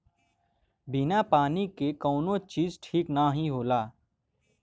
बिना पानी के कउनो चीज ठीक नाही होला